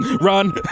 Run